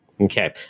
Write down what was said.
Okay